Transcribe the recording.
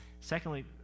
Secondly